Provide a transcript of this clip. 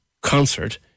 concert